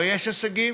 ויש הישגים,